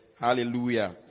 Hallelujah